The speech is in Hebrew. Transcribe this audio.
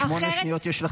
יש לך שמונה שניות,